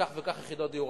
כך וכך יחידות דיור,